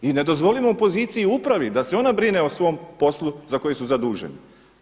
I ne dozvolimo poziciji upravi da se ona brine o svom poslu za koji su zaduženi.